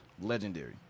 legendary